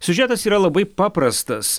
siužetas yra labai paprastas